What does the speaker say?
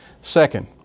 Second